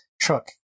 truck